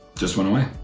just went away.